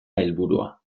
helburua